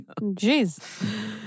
Jeez